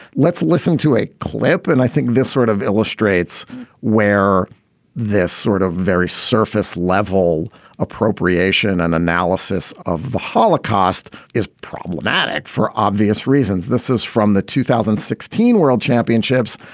let's listen to a clip. and i think this sort of illustrates where this sort of very surface level appropriation and analysis of the holocaust is problematic for obvious reasons. this is from the two thousand and sixteen world championships.